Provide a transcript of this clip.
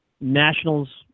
Nationals